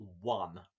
one